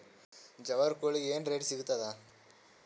ಜವಾರಿ ಕೋಳಿಗಿ ಏನ್ ರೇಟ್ ಸಿಗ್ತದ?